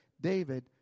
David